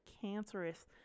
cancerous